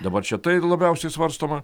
dabar čia tai labiausiai svarstoma